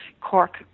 cork